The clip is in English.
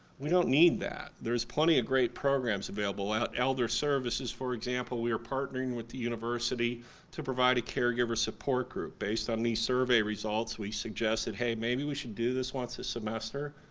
we don't need that, there is plenty of great programs available. at elder services, for example, we're partnering with the university to provide a caregiver support group based on these survey results we suggested hey, maybe we should do this once a semester?